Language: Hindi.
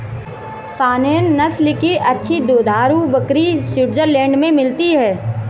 सानेंन नस्ल की अच्छी दुधारू बकरी स्विट्जरलैंड में मिलती है